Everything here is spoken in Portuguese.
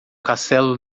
castelo